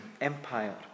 Empire